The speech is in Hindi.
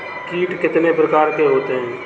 कीट कितने प्रकार के होते हैं?